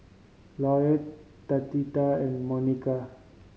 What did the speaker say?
Lloyd Tatia and Monika